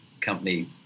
company